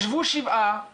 ישבו שבעה,